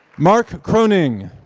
mark kroening.